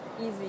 easy